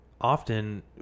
often